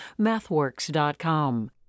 MathWorks.com